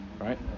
Right